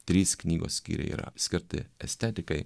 trys knygos skyriai yra skirti estetikai